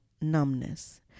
numbness